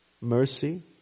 mercy